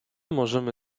możemy